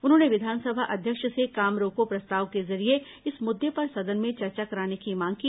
उन्होंने विधानसभा अध्यक्ष से काम रोको प्रस्ताव के जरिये इस मुद्दे पर सदन में चर्चा कराने की मांग की